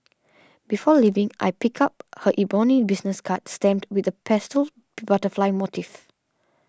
before leaving I pick up her ebony business card stamped with a pastel butterfly motif